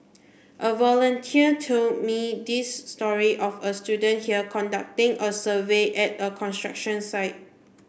a volunteer told me this story of a student here conducting a survey at a construction site